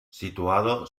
situado